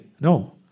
No